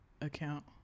account